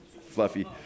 fluffy